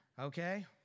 okay